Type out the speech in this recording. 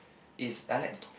is I like the tom-yum